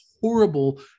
horrible